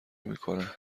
میکنه